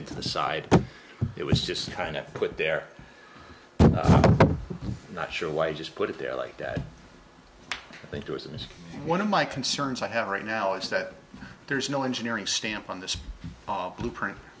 into the side it was just kind of put there not sure why i just put it there like that i think it was one of my concerns i have right now is that there's no engineering stamp on this blueprint